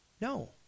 No